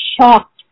shocked